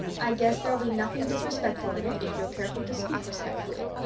i guess there'll be nothing disrespectful in it if you're careful to speak respectfully.